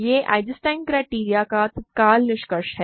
यह Einstein criterion का तत्काल निष्कर्ष है